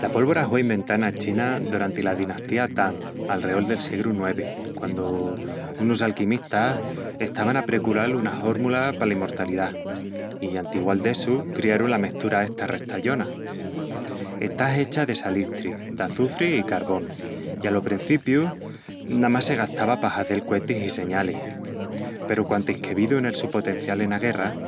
La pólvora hue inventá ena China doranti la dinastía Tang, alreol del siegru IX, quandu unus alquimistas estavan a precural una hórmula pala imortalidá i antigual d'essu criarun la mesturaa esta restallona. Está hecha de salistri, d'açufri i carvón, i alo prencipiu namás se gastava pa hazel cuetis i señalis. Peru quantis que vidun el su potencial ena guerra,